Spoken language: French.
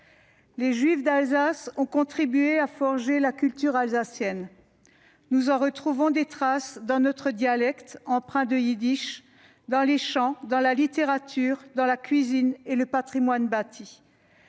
Les juifs d'Alsace ont contribué à forger la culture alsacienne. Nous en retrouvons des traces dans notre dialecte empreint de yiddish, dans les chants, dans la littérature, dans la cuisine et le patrimoine bâti.